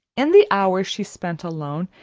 in the hours she spent alone,